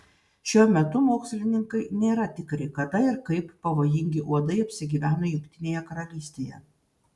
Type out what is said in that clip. šiuo metu mokslininkai nėra tikri kada ir kaip pavojingi uodai apsigyveno jungtinėje karalystėje